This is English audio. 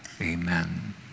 Amen